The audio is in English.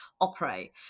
operate